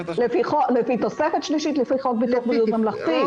לפי התוספת השלישית לחוק ביטוח בריאות ממלכתי.